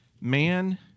man